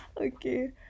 Okay